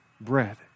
bread